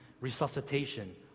resuscitation